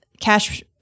cash